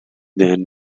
than